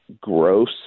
gross